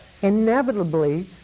inevitably